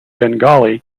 bengali